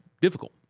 difficult